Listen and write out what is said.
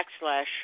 backslash